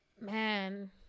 man